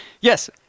Yes